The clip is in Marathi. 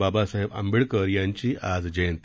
बाबासाहेब आंबेडकर यांची आज जयंती